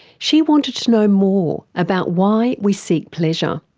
she wanted to know more about why we seek pleasure.